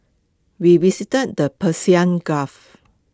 we visited the Persian gulf